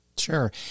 Sure